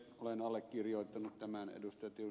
olen allekirjoittanut tämän ed